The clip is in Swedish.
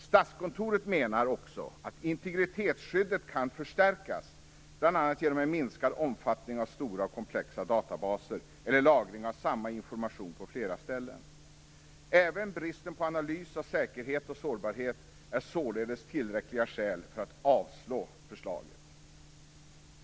Statskontoret menar också att integritetsskyddet kan förstärkas bl.a. genom en minskad omfattning av stora och komplexa databaser eller lagring av samma information på flera ställen. Även bristen på analys av säkerhet och sårbarhet är således tillräckliga skäl för att avslå förslaget.